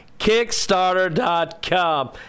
kickstarter.com